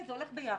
זה הולך ביחד.